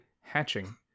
hatching